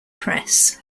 press